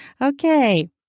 Okay